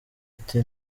ati